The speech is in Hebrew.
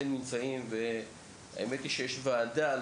בשביל זה הם נמצאים והאמת היא שיש וועדה על